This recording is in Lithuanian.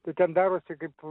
tai ten darosi kaip